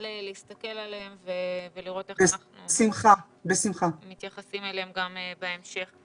להסתכל עליהם ולראות איך אנחנו מתייחסים אליהם גם בהמשך.